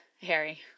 harry